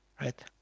right